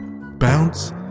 bounce